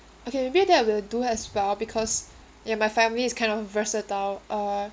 okay maybe that will do as well because ya my family is kind of versatile uh